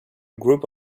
group